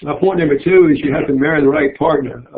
ah point number two is you have to marry the right partner.